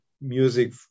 music